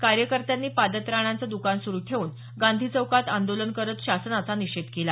कार्यकर्त्यांनी पादत्राणांचं द्रकान सुरू ठेवून गांधी चौकात आंदोलन करत शासनाचा निषेध केला